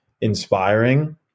inspiring